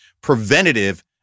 preventative